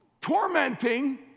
tormenting